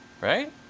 right